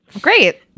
Great